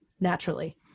naturally